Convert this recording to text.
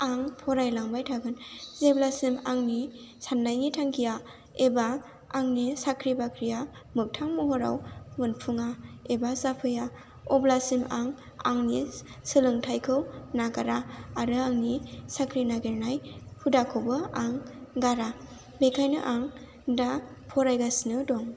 आं फरायलांबाय थागोन जेब्लासिम आंनि साननायनि थांखिआ एबा आंनि साख्रि बाख्रिया मोखथां महाराव मोनफुङा एबा जाफैआ अब्लासिम आं आंनि सोलोंथाइखौ नागारा आरो आंनि साख्रि नागेरनाय हुदाखौबो आं गारा बेखायनो आं दा फरायगासिनो दं